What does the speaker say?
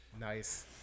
Nice